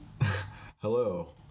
Hello